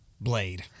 Blade